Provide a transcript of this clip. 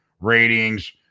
ratings